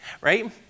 Right